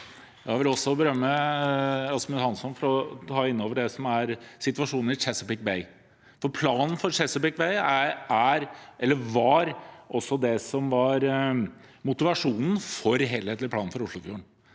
Jeg vil også berømme Rasmus Hansson for å nevne situasjonen i Chesapeake Bay, for planen for Chesapeake Bay var også motivasjonen for en helhetlig plan for Oslofjorden.